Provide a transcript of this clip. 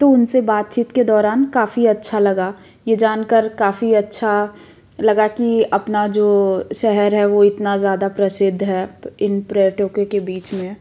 तो उनसे बातचीत के दौरान काफ़ी अच्छा लगा ये जानकर काफ़ी अच्छा लगा कि अपना जो शहर वो इतना ज़्यादा प्रसिद्ध है इन पर्यटकों के बीच में